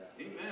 Amen